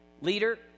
leader